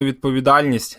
відповідальність